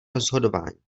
rozhodování